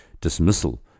dismissal